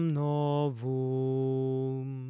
novum